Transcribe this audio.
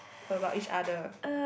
about each other